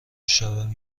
شبم